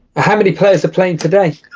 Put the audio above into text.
ah um any place to play today